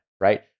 right